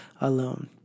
alone